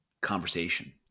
conversation